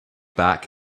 back